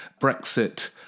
Brexit